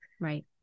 Right